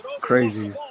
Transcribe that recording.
Crazy